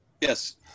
Yes